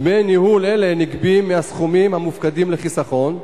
דמי ניהול אלה נגבים מהסכומים המופקדים לחיסכון,